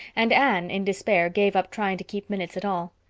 and anne, in despair, gave up trying to keep minutes at all.